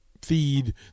feed